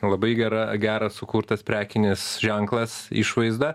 labai gera geras sukurtas prekinis ženklas išvaizda